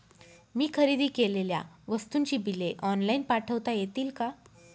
मी खरेदी केलेल्या वस्तूंची बिले ऑनलाइन पाठवता येतील का?